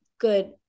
good